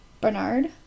bernard